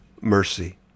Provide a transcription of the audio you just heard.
mercy